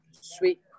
sweet